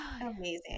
Amazing